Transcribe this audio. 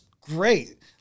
great